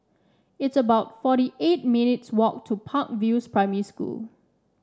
it's about forty eight minutes' walk to Park View Primary School